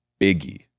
biggie